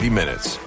minutes